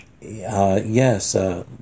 Yes